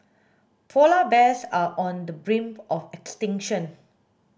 polar bears are on the brink of extinction